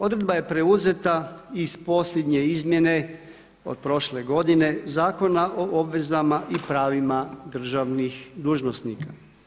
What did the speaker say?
Odredba je preuzeta iz posljednje izmjene od prošle godine Zakona o obvezama i pravima državnih dužnosnica.